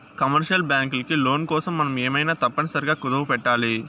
commercial బ్యాంకులకి loan కోసం మనం ఏమైనా తప్పనిసరిగా కుదవపెట్టాలి